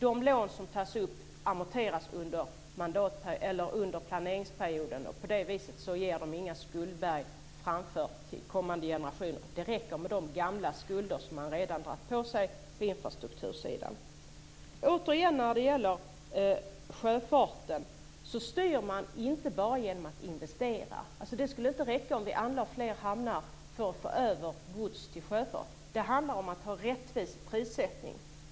De lån som tas amorteras under planeringsperioden. På det viset ger de inga skuldberg till kommande generationer. Det räcker med de gamla skulder som man redan har dragit på sig på infrastruktursidan. När det gäller sjöfarten styr man inte bara genom att investera. Det skulle inte räcka om vi anlade fler hamnar för att få över gods till sjöfart. Det handlar om att ha rättvis prissättning.